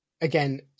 again